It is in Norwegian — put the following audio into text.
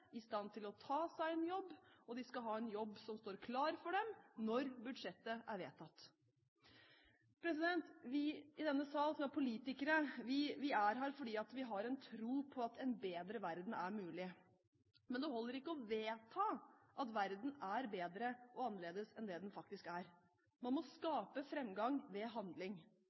i stand til å ta seg en jobb, og de skal ha en jobb som står klar for dem når budsjettet er vedtatt. Vi i denne salen, vi som er politikere, er her fordi vi har en tro på at en bedre verden er mulig. Men det holder ikke å vedta at verden er bedre og annerledes enn det den faktisk er. Man må skape fremgang ved handling.